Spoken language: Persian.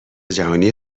جهانی